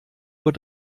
uhr